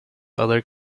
other